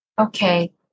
okay